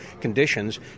conditions